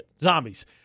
zombies